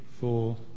four